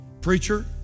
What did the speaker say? Preacher